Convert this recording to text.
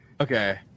Okay